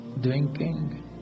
drinking